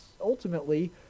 ultimately